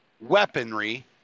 weaponry